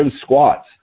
squats